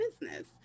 business